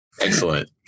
Excellent